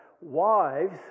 Wives